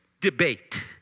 debate